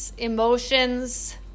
Emotions